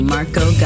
Marco